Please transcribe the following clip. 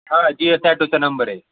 हां जी एस ॲटोचा नंबर आहे